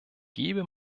gebe